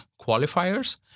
qualifiers